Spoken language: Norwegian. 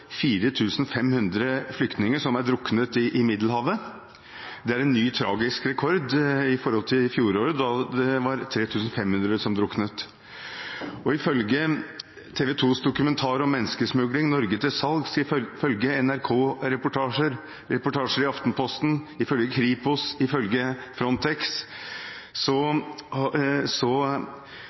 500 flyktninger som har druknet i Middelhavet. Det er en ny, tragisk rekord i forhold til fjoråret, da det var 3 500 som druknet. Ifølge TV 2s dokumentar om menneskesmugling, «Norge til salgs», ifølge NRK-reportasjer og reportasjer i Aftenposten, ifølge Kripos og ifølge Frontex